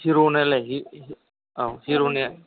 हिर' नालाय औ हिर'निया